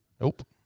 Nope